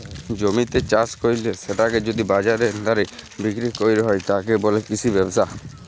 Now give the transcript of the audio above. জমিতে চাস কইরে সেটাকে যদি বাজারের দরে বিক্রি কইর হয়, তাকে বলে কৃষি ব্যবসা